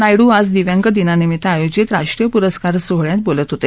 नायडू आज दिव्यांग दिनानिमित्त आयोजित राष्ट्रीय पुरस्कार सोहळ्यात बोलत होते